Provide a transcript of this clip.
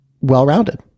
well-rounded